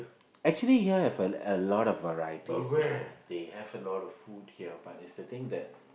actually here have a a lot of varieties lah they have a lot of food here but is the thing that